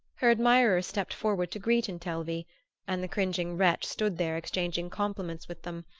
her admirers stepped forward to greet intelvi and the cringing wretch stood there exchanging compliments with them,